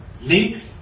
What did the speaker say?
link